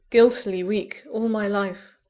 guiltily weak, all my life.